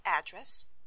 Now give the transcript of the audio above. address